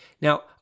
Now